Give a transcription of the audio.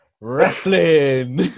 Wrestling